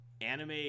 anime